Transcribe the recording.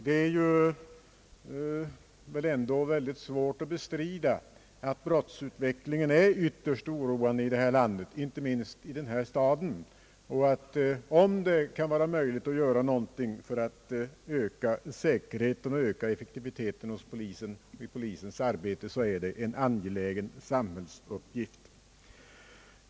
Det är ändå mycket svårt att bestrida att brottsutvecklingen är ytterst oroande i detta land, inte minst i denna stad. Om det är möjligt att göra något för att öka säkerheten och öka effektiviteten i polisens arbete, så är det därför en angelägen samhällsuppgift.